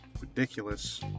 Ridiculous